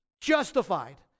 justified